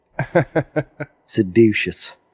Seducious